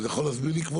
אתה יכול להסביר לי כבר.